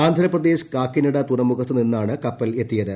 ആന്ധ്രപ്രദേശ് കാക്കിനട തുറമുഖത്ത് നിന്നാണ് കപ്പൽ എത്തിയത്